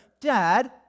Dad